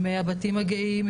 עם הבתים הגאים,